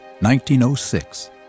1906